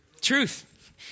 Truth